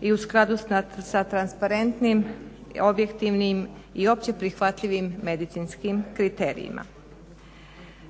i u skladu s transparentnim objektivnim i opće prihvatljivim medicinskim kriterijima.